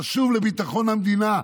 מהלך חשוב לביטחון המדינה.